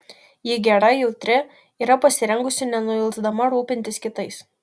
ji gera jautri yra pasirengusi nenuilsdama rūpintis kitais